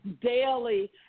daily